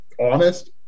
honest